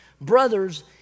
brothers